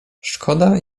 szkoda